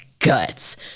guts